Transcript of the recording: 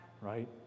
Right